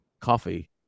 coffee